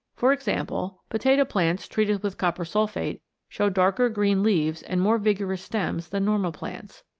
for example, potato plants treated with copper sulphate show darker green leaves and more vigorous stems than normal plants.